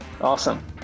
Awesome